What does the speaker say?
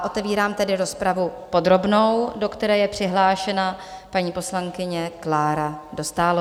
Otevírám tedy rozpravu podrobnou, do které je přihlášena paní poslankyně Klára Dostálová.